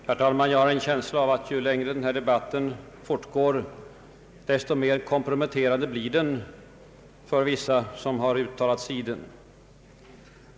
Herr talman! Jag har en känsla av att ju längre debatten fortgår desto mer komprometterande blir den för vissa personer som uttalat sig i den.